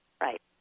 Right